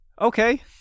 Okay